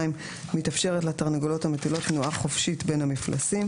מתאפשרת לתרנגולות המטילות תנועה חופשית בין המפלסים.